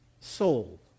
soul